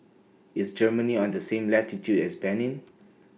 IS Germany on The same latitude as Benin